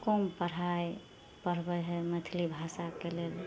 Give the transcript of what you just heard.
कम पढ़ाइ पढ़बै हइ मैथिली भाषाके लेल